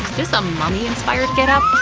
this a mummy-inspired get up?